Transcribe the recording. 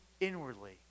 inwardly